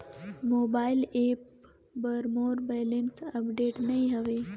mobile app पर मोर balance update नई हवे